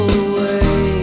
away